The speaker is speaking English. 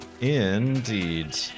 Indeed